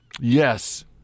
Yes